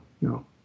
no